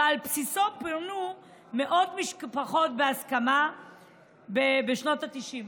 ועל בסיסו פונו מאות משפחות בהסכמה בשנות התשעים.